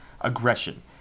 aggression